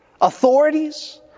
authorities